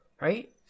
right